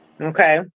Okay